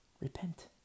Repent